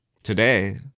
Today